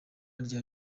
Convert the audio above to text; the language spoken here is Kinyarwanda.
rya